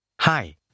Hi